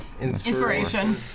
Inspiration